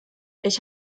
ich